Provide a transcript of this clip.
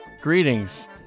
Greetings